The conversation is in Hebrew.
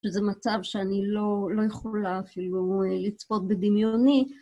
שזה מצב שאני לא יכולה אפילו לצפות בדמיוני.